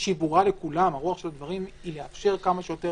שרוח הדברים ברורה לכולם, היא לאפשר כמה שיותר